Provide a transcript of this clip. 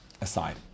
aside